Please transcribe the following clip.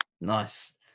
Nice